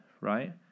right